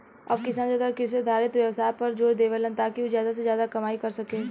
अब किसान ज्यादातर कृषि आधारित व्यवसाय पर जोर देवेले, ताकि उ ज्यादा से ज्यादा कमाई कर सके